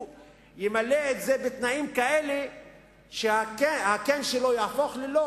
הוא ימלא את זה בתנאים כאלה שה"כן" שלו יהפוך ל"לא",